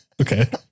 Okay